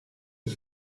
het